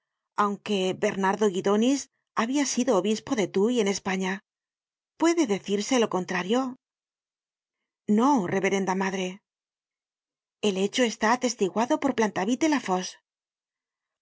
aunque bernardo guidonis habia sido obispo de tuy en españa puede decirse lo contrario no reverenda madre el hecho está atestiguado por plantavit de